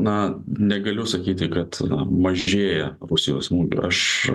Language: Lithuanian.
na negaliu sakyti kad mažėja rusijos smūgių aš